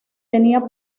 tenía